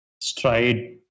stride